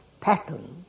pattern